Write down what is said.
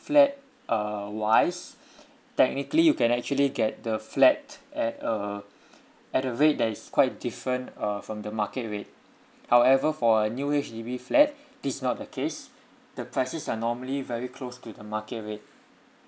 flat uh wise technically you can actually get the flat at uh at the rate that is quite different uh from the market rate however for a new H_D_B flat this is not the case the prices are normally very close to the market rate